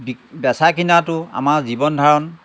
B বেচা কিনাটো আমাৰ জীৱন ধাৰণ